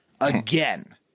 again